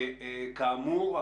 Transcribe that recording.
וכאמור,